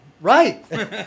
Right